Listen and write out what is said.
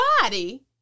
body